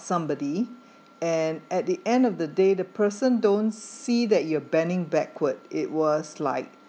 somebody and at the end of the day the person don't see that you are bending backward it was like